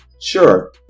Sure